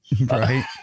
Right